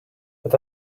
but